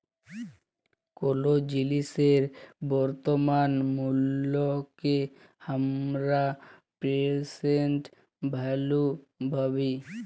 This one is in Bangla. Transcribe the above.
কোলো জিলিসের বর্তমান মুল্লকে হামরা প্রেসেন্ট ভ্যালু ব্যলি